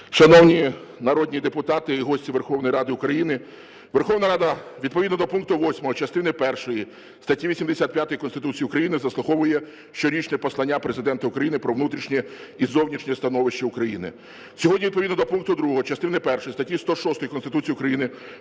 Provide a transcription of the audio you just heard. Шановні народні депутати і гості Верховної Ради України, Верховна Рада відповідно до пункту 8 частини першої статті 85 Конституції України заслуховує щорічне послання Президента України про внутрішнє і зовнішнє становище України. Сьогодні відповідно до пункту 2 частини першої статті 106 Конституції України